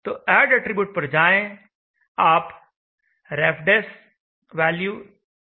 तो add attribute पर जाएं आप refdes value चुन सकते हैं